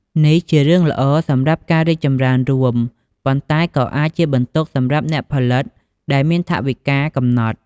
នេះជារឿងល្អសម្រាប់ការរីកចម្រើនរួម ប៉ុន្តែក៏អាចជាបន្ទុកសម្រាប់អ្នកផលិតដែលមានថវិកាកំណត់។